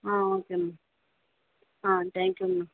ஆ okay ma'am ஆ thank you ma'am